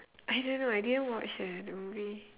I don't know eh I didn't watch eh the movie